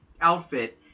outfit